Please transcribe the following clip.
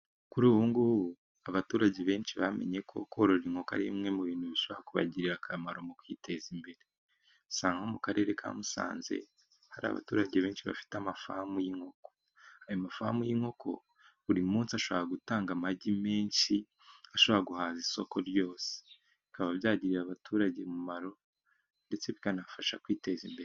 Kuri ubu ngubu, abaturage benshi bamenye ko korora inkoko ,ari bimwe mu bintu bishobora kubagirira akamaro mu kwiteza imbere ,usanga mu karere ka Musanze hari abaturage benshi bafite amafamu y'inkoko ,ayo mafamu y'inkoko buri munsi ashobora gutanga amagi menshi, ashobora guhaza isoko ryose ,bikaba byagirira abaturage umumaro, ndetse bikanafasha kwiteza imbere.